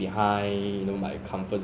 robots dominating